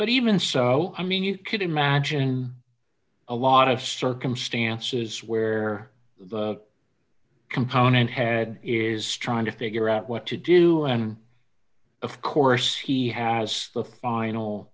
but even so i mean you could imagine a lot of circumstances where the component head is trying to figure out what to do and of course he has the final